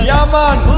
Yaman